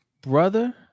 brother